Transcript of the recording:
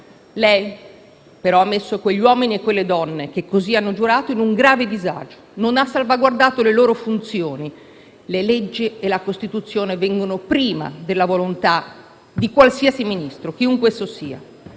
Lei, però, ha messo quegli uomini e quelle donne che così hanno giurato in un grave disagio, non salvaguardando le loro funzioni. Le leggi e la Costituzione vengono prima della volontà di qualsiasi Ministro, chiunque esso sia.